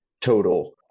total